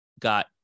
got